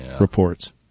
reports